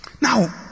Now